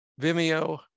Vimeo